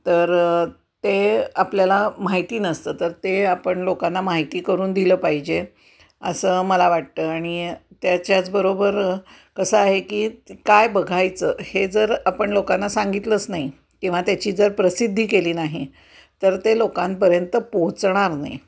तर ते आपल्याला माहिती नसतं तर ते आपण लोकांना माहिती करून दिलं पाहिजे असं मला वाटतं आणि त्याच्याचबरोबर कसं आहे की काय बघायचं हे जर आपण लोकांना सांगितलंच नाही किंवा त्याची जर प्रसिद्धी केली नाही तर ते लोकांपर्यंत पोहोचणार नाही